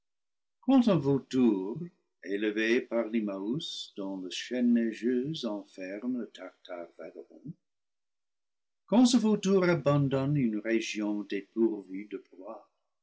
élevé par l'immaüs dont la chaîne neigeuse enferme le tartare vagabond quand ce vautour abandonné une région dépourvue de proie